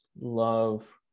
love